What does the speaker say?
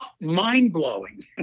Mind-blowing